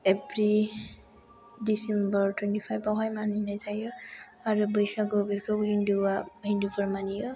every December twenty five आवहाय मानिनाय जायो आरो बैसागु बेखौ हिन्दुआ हिन्दुफोर मानियो